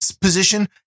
position